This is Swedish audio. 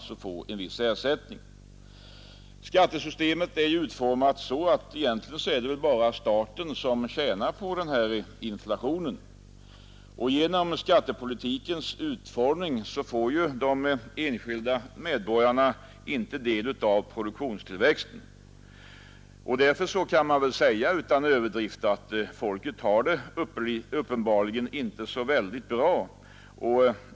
Skattesystemet är ju så utformat att det egentligen bara är staten som tjänar på inflationen. Genom skattepolitikens utformning får de enskilda medborgarna inte del av produktionstillväxten. Därför kan man utan överdrift säga att folket uppenbarligen inte har det särskilt bra.